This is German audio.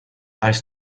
als